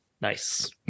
nice